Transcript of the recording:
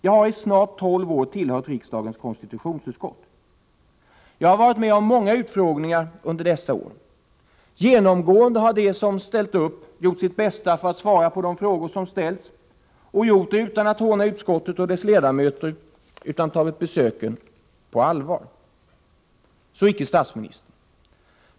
Jag har i snart tolv år tillhört riksdagens konstitutionsutskott. Jag har varit med om många utfrågningar under dessa år. Genomgående har de som ställt upp gjort sitt bästa för att svara på de frågor som ställts och gjort det utan att håna utskottet och dess ledamöter; de har tagit besöken på allvar. Så icke statsministern.